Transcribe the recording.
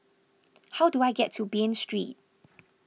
how do I get to Bain Street